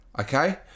Okay